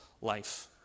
life